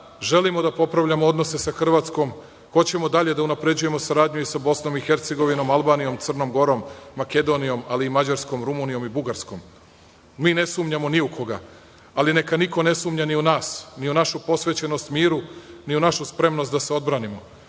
želimo da popravljamo odnose sa Hrvatskom, hoćemo dalje da unapređujemo saradnju sa Bosnom i Hercegovinom, Albanijom, Crnom Gorom, Makedonijom, ali i Mađarskom, Rumunijom i Bugarskom. Ne sumnjamo ni u koga, ali neka niko ne sumnja ni u nas, ni u našu posvećenost miru, ni našu spremnost da se odbranimo,